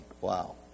Wow